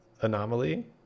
anomaly